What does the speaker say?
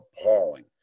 appalling